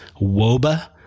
WOBA